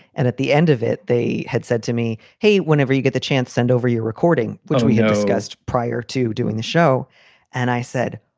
and at the end of it, they had said to me, hey, whenever you get the chance, send over your recording. well, we had discussed prior to doing the show and i said,